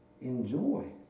enjoy